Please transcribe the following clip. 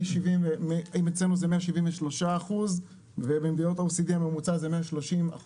אם אצלנו זה 173% ובמדינות ה-OECD הממוצע זה 130%,